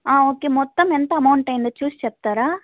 okay మొత్తం ఎంత amount అయ్యిందో చూసి చెప్తారా